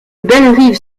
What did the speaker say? bellerive